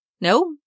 No